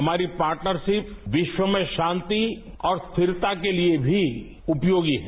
हमारी पार्टनर्शिप विश्व में शांति और स्थिरता के लिए भी उपयोगी है